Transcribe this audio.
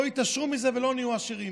לא התעשרו מזה ולא נהיו עשירים.